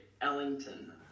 Ellington